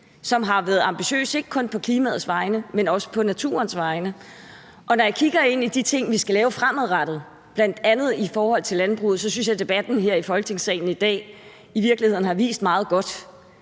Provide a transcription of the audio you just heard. som har været ambitiøs, ikke kun på klimaets vegne, men også på naturens vegne. Og når jeg kigger ind i de ting, vi skal lave fremadrettet, bl.a. i forhold til landbruget, så synes jeg, debatten her i Folketingssalen i dag i virkeligheden har vist meget godt,